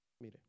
Mire